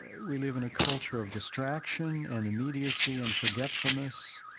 we live in a culture of distraction and immediacy and forgetfulness.